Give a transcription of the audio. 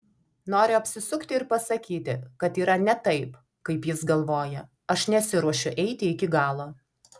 noriu apsisukti ir pasakyti kad yra ne taip kaip jis galvoja aš nesiruošiu eiti iki galo